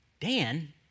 Dan